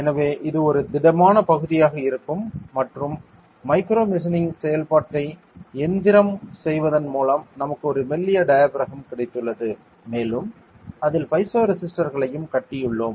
எனவே இது ஒரு திடமான பகுதியாக இருக்கும் மற்றும் மைக்ரோ மெஷினிங் செயல்பாட்டை எந்திரம் செய்வதன் மூலம் நமக்கு ஒரு மெல்லிய டயாபிறகம் கிடைத்துள்ளது மேலும் அதில் பைசோ ரெசிஸ்டர்களையும் கட்டியுள்ளோம்